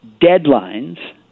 deadlines